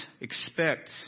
expect